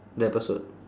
the episode